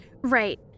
Right